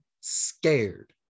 scared